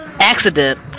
accident